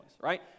right